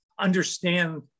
understand